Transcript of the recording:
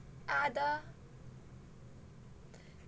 other